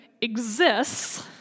exists